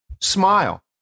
smile